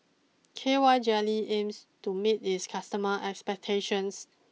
K Y Jelly aims to meet its customer expectations